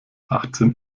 achtzehn